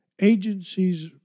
agencies